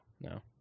no